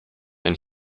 and